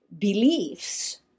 beliefs